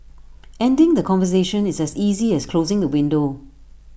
ending the conversation is as easy as closing the window